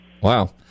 Wow